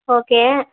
okay